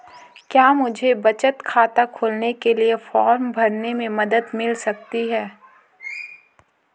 क्या मुझे बचत खाता खोलने के लिए फॉर्म भरने में मदद मिल सकती है?